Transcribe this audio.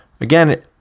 again